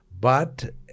but-